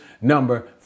number